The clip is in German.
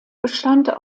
bestand